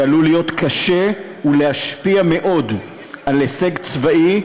שעלול להיות קשה ולהשפיע מאוד גם על הישג צבאי,